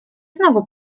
znowu